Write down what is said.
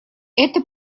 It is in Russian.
это